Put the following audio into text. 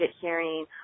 hearing